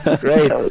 great